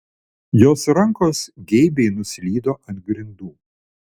jos rankos geibiai nuslydo ant grindų